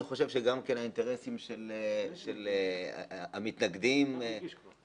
אני חושב שגם האינטרסים של המתנגדים לאותם